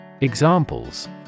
Examples